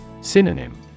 Synonym